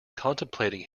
contemplating